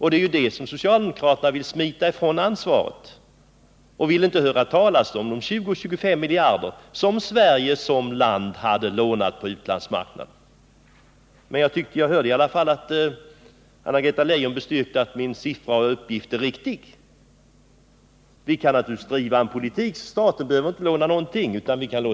Men socialdemokraterna vill smita ifrån det ansvaret och vill inte höra talas om de 20-25 miljarder som Sverige som land hade lånat på utlandsmarknaden. Men jag tyckte mig höra att Anna-Greta Leijon i varje fall bestyrkte att min sifferuppgift är riktig. Vi kan naturligtvis driva en politik som medför att staten inte behöver låna någonting alls, utan i stort sett hela